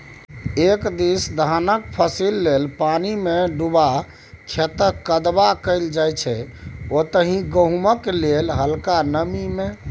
एक दिस धानक फसिल लेल पानिमे डुबा खेतक कदबा कएल जाइ छै ओतहि गहुँमक लेल हलका नमी मे